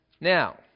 Now